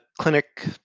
clinic